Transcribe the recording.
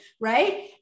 right